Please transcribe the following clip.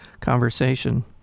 conversation